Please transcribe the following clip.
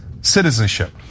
citizenship